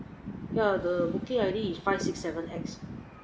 ya the booking I_D is five six seven X